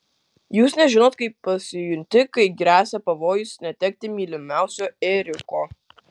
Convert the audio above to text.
jūs nežinot kaip pasijunti kai gresia pavojus netekti mylimiausio ėriuko